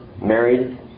married